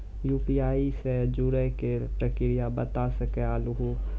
UPI से जुड़े के प्रक्रिया बता सके आलू है?